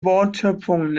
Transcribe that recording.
wortschöpfungen